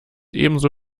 ebenso